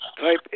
Type